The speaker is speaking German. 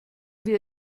wir